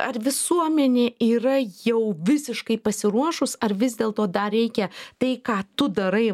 ar visuomenė yra jau visiškai pasiruošus ar vis dėl to dar reikia tai ką tu darai